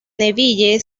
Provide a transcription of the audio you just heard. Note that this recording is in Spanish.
neville